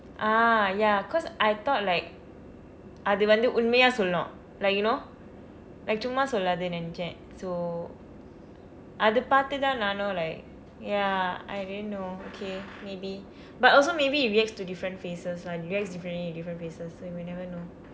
ah ya cause I thought like அது வந்து உண்மையா சொல்லும்:athu vandthu unmaiyaa sollum like you know like சும்மா சொல்லாது நினைத்தேன்:summaa sollaathu ninaiththeen so அது பார்த்துதான் நானும்:athu paartthuthaan naanum like ya I didn't know okay maybe but also maybe it reacts to different faces [one] reacts differently different places you will never know